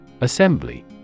Assembly